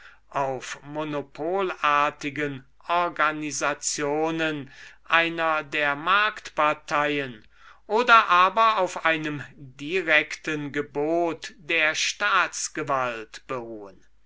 auf monopolartigen organisationen einer der marktparteien oder aber auf einem direkten gebot der staatsgewalt beruhen